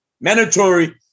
Mandatory